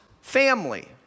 family